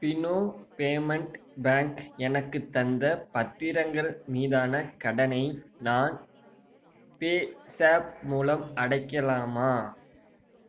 Fino payment bank எனக்குத் தந்த பத்திரங்கள் மீதான கடனை நான் ஃபேஸாப் மூலம் அடைக்கலாமா